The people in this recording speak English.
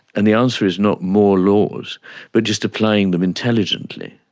and the answer is not more laws but just applying them intelligently.